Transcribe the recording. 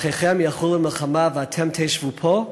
אחיכם ילכו למלחמה ואתם תשבו פה?